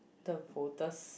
the voters